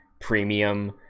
premium